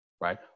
Right